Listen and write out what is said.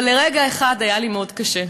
אבל לרגע אחד היה לי מאוד קשה.